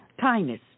Kindness